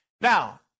now